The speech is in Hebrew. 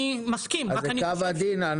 אז זה קו עדין.